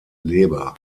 leber